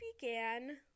began